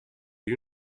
you